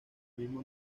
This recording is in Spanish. misma